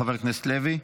חבר הכנסת לוי.